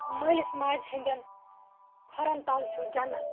مٲلِس ماجہِ ہِنٛدٮ۪ن کھۄرَن تَل چھُو جنت